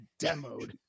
demoed